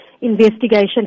investigation